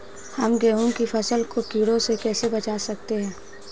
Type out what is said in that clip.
हम गेहूँ की फसल को कीड़ों से कैसे बचा सकते हैं?